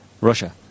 Russia